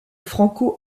franco